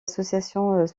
associations